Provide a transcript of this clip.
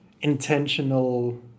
intentional